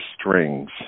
strings